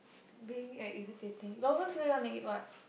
being a irritating Long-John-Silver you wanna eat what